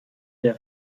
der